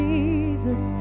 Jesus